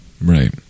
right